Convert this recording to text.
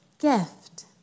gift